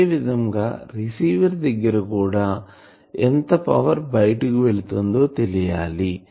అదేవిధం గా రిసీవర్ దగ్గర కూడా ఎంత పవర్ బయటకు వెళ్తుందో తెలియాలి